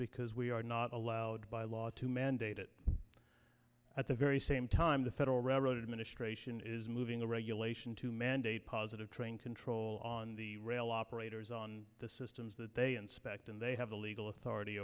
because we are not allowed by law to mandate it at the very same time the federal railroad administration is moving the regulation to mandate positive train control on the rail operators on the systems that they inspect and they have the legal authority